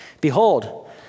Behold